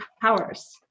powers